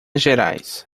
gerais